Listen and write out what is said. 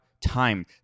time